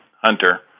hunter